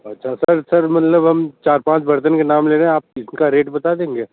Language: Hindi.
अच्छा सर सर मतलब हम चार पाँच बर्तन के नाम ले रहे हैं आप प्लीज इनका रेट बता देंगे